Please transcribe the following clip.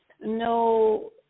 no